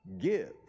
give